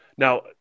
Now